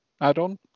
add-on